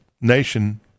nation